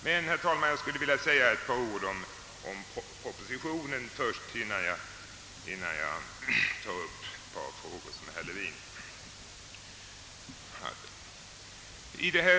Men, herr talman, jag skulle 'vilja säga ett par ord om propositionen först, innan jag tar upp ett par frågor som herr Levin behandlade.